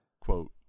quote